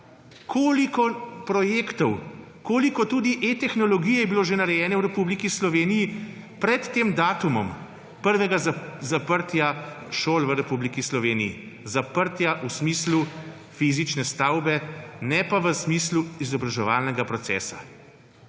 Koliko projektov, koliko tudi e-tehnologije je bilo že narejene v Republiki Slovenij pred tem datumom prvega zaprtja šol v Republiki Sloveniji, zaprtja v smislu fizične stavbe, ne pa v smislu izobraževalnega procesa.